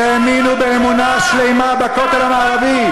שהאמינו באמונה שלמה בכותל המערבי,